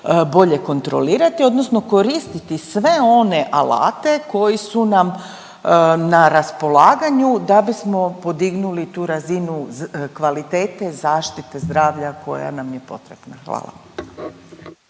bolje kontrolirati odnosno koristiti sve one alate koji su nam na raspolaganju da bismo podignuli tu razinu kvalitete zaštite zdravlja koja nam je potrebna. Hvala.